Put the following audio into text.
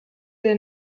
der